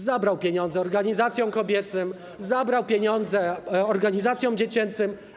Zabrał pieniądze organizacjom kobiecym, zabrał pieniądze organizacjom dziecięcym.